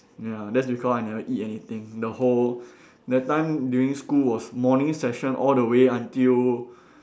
ya that's because I never eat anything the whole that time during school was morning session all the way until